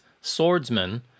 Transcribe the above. Swordsman